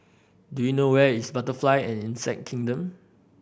do you know where is Butterfly and Insect Kingdom